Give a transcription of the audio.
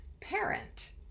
parent